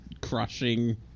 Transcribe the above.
crushing